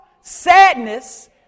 sadness